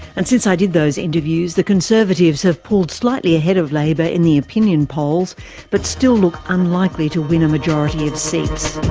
and since i did those interviews, the conservatives have pulled slightly ahead of labour in the opinion polls but still look unlikely to win a majority of seats.